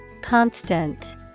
Constant